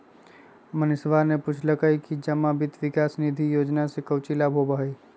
मनीषवा ने पूछल कई कि जमा वित्त विकास निधि योजना से काउची लाभ होबा हई?